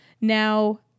Now